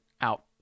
out